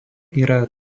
yra